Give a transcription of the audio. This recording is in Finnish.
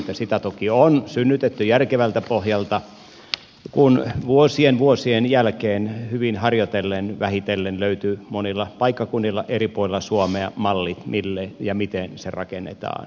sitä toki on synnytetty järkevältä pohjalta kun vuo sien vuosien jälkeen hyvin harjoitellen vähitellen löytyi monilla paikkakunnilla eri puolilla suomea malli mille ja miten se rakennetaan